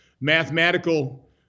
mathematical